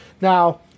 Now